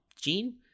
Gene